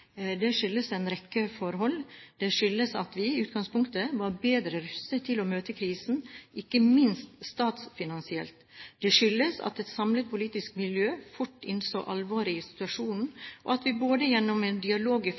Det skyldes en rekke forhold. Det skyldes at vi i utgangpunktet var bedre rustet til å møte krisen – ikke minst statsfinansielt. Det skyldes at et samlet politisk miljø fort innså alvoret i situasjonen, og at vi gjennom både en dialog